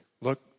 Look